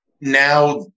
now